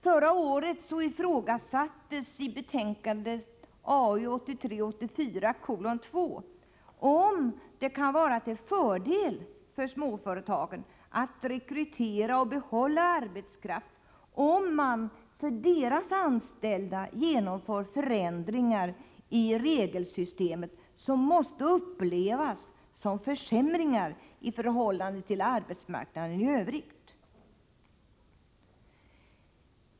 Förra året ifrågasattes i betänkandet AU 1983/84:2 om det kan vara till fördel för småföretagen vid rekryteringen och vid behållandet av arbetskraften att man för de anställda genomför förändringar i regelsystemet som måste upplevas som försämringar i förhållande till arbetsmarknaden i övrigt.